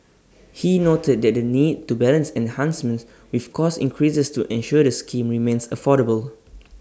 he noted that the need to balance enhancements with cost increases to ensure the scheme remains affordable